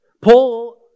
Paul